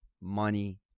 money